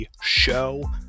show